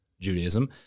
Judaism